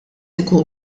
ikun